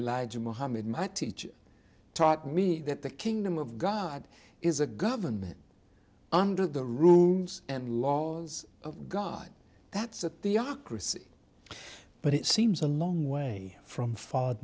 elijah mohammed my teacher taught me that the kingdom of god is a government under the rooms and laws of god that's a theocracy but it seems a long way from f